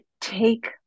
take